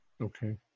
Okay